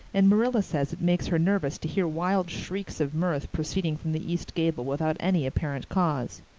and marilla says it makes her nervous to hear wild shrieks of mirth proceeding from the east gable without any apparent cause.